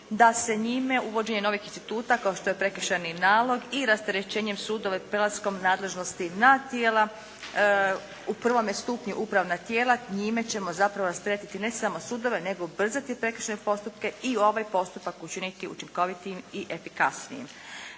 da se njime uvođenje novih instituta kao što je prekršajni nalog i rasterećenjem sudova i prelaskom nadležnosti na tijela u prvome stupnju upravna tijela, njime ćemo zapravo rasteretiti ne samo sudove nego ubrzati prekršajne postupke i ovaj postupak učiniti učinkovitim i efikasnijim.